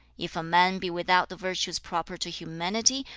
if a man be without the virtues proper to humanity,